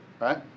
right